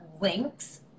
links